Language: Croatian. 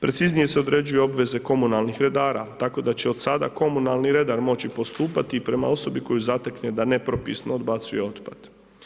Preciznije se određuju obveze komunalnih redara, tako da će od sada komunalni redar moći postupati po osobi koju zatekne da nepropisno odbacuje otpad.